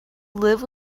live